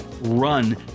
run